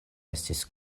estis